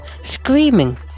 screaming